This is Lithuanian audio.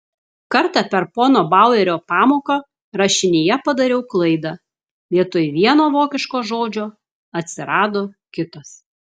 kartą per pono bauerio pamoką rašinyje padariau klaidą vietoj vieno vokiško žodžio atsirado kitas